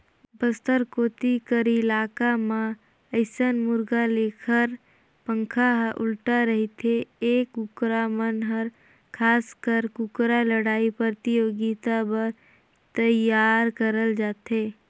बस्तर कोती कर इलाका म अइसन मुरगा लेखर पांख ह उल्टा रहिथे ए कुकरा मन हर खासकर कुकरा लड़ई परतियोगिता बर तइयार करल जाथे